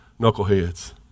knuckleheads